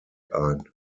ein